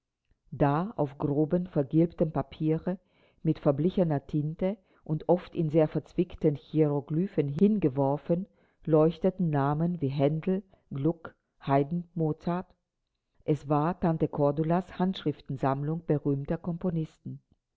da auf grobem vergilbtem papiere mit verblichener tinte und oft in sehr verzwickten hieroglyphen hingeworfen leuchteten namen wie händel gluck haydn mozart es war tante cordulas handschriftensammlung berühmter komponisten